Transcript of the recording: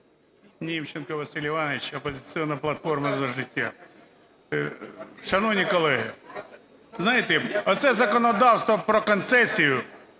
Німченко Василь Іванович, "Опозиційна платформа – За життя". Шановні колеги, знаєте, оце законодавство про концесію